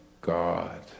God